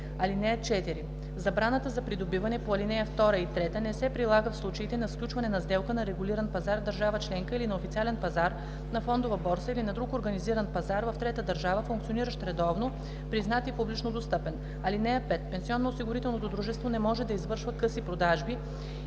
ал. 2. (4) Забраната за придобиване по ал. 2 и 3 не се прилага в случаите на сключване на сделка на регулиран пазар в държава членка или на официален пазар на фондова борса, или на друг организиран пазар в трета държава, функциониращ редовно, признат и публично достъпен. (5) Пенсионноосигурителното дружество не може да извършва къси продажби